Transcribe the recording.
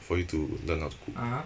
for you to learn how to cook